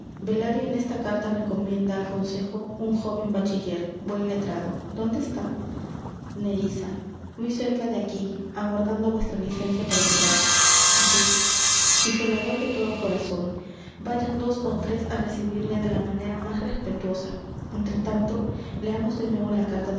belario en esta carta recomienda al consejo un jóven bachiller buen letrado dónde está nerissa muy cerca de aquí aguardando vuestra licencia para entrar dux y se la doy de todo corazon vayan dos ó tres á recibirle de la manera más respetuosa entre tanto leamos de nuevo la carta